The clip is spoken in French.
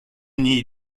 n’y